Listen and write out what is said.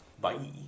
Bye